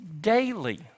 daily